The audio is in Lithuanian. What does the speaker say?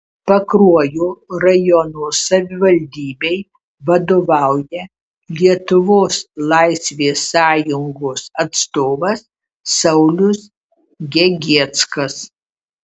pakruojo rajono savivaldybei vadovauja lietuvos laisvės sąjungos atstovas saulius gegieckas